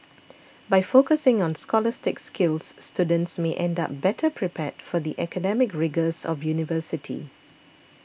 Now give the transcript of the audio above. by focusing on scholastic skills students may end up better prepared for the academic rigours of university